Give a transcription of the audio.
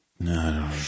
no